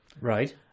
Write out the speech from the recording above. Right